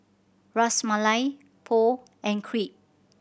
Ras Malai Pho and Crepe